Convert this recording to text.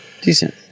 decent